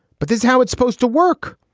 but this is how it's supposed to work.